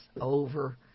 over